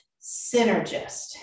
synergist